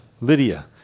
Lydia